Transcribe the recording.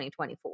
2024